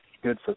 good